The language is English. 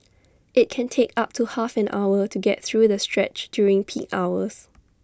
IT can take up to half an hour to get through the stretch during peak hours